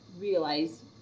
realize